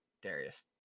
Darius